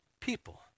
people